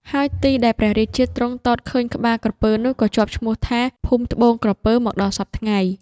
ហើយទីដែលព្រះរាជាទ្រង់ទតឃើញក្បាលក្រពើនោះក៏ជាប់ឈ្មោះថា ភូមិត្បូងក្រពើ មកដល់សព្វថ្ងៃ ។